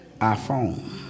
iPhone